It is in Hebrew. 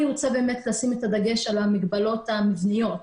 אני רוצה לשים את הדגש על המגבלות המבניות